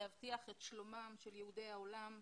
להבטיח את שלום יהודי העולם,